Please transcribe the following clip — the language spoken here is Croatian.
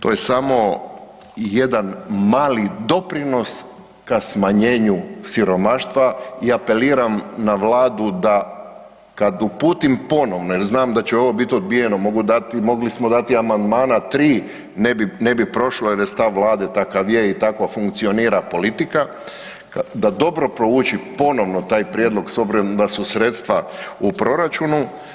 To je samo jedan mali doprinos ka smanjenju siromaštva i apeliram na Vladu da kad uputim ponovno, jer znam da će ovo bit odbijeno, mogli smo dati amandmana tri ne bi prošlo, jer je stav Vlade takav je i tako funkcionira politika, da dobro prouči ponovno taj prijedlog s obzirom da su sredstva u proračunu.